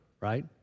right